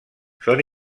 són